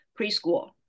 Preschool